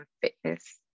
fitness